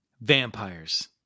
Vampires